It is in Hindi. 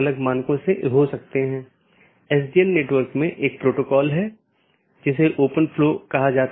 क्योंकि जब यह BGP राउटर से गुजरता है तो यह जानना आवश्यक है कि गंतव्य कहां है जो NLRI प्रारूप में है